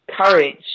courage